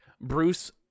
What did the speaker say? Bruce